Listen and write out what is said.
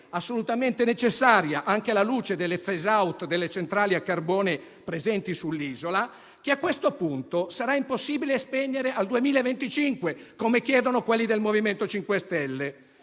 assolutamente necessaria anche alla luce del *phase out* delle centrali a carbone presenti sull'isola, che a questo punto sarà impossibile spegnere nel 2025 - come chiedono quelli del MoVimento 5 Stelle